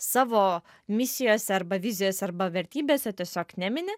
savo misijose arba vizijose arba vertybėse tiesiog nemini